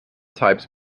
types